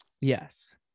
Yes